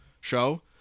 show